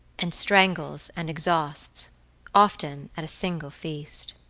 and strangles and exhausts often at a single feast.